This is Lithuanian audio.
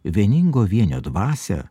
vieningo vienio dvasią